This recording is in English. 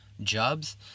jobs